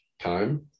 time